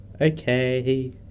okay